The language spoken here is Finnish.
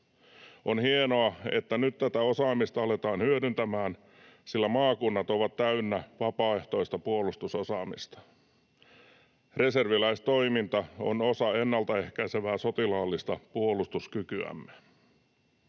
On hienoa, että nyt tätä osaamista aletaan hyödyntämään, sillä maakunnat ovat täynnä vapaaehtoista puolustusosaamista. Reserviläistoiminta on osa ennaltaehkäisevää sotilaallista puolustuskykyämme.